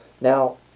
Now